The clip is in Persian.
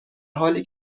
حالی